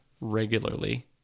regularly